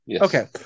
Okay